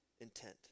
intent